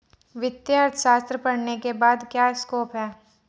वित्तीय अर्थशास्त्र पढ़ने के बाद क्या स्कोप है?